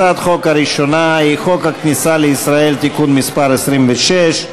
הצעת החוק הראשונה היא הצעת חוק הכניסה לישראל (תיקון מס' 26),